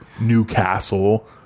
Newcastle